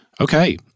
Okay